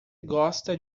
gosta